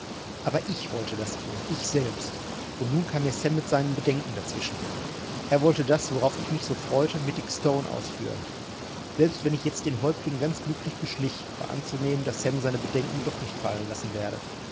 aber ich wollte das tun ich selbst und nun kam mir sam mit seinen bedenken dazwischen er wollte das worauf ich mich so freute mit dick stone ausführen selbst wenn ich jetzt den häuptling ganz glücklich beschlich war anzunehmen daß sam seine bedenken doch nicht fallen lassen werde